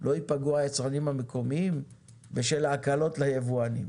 לא ייפגעו היצרנים המקומיים בשל ההקלות ליבואנים.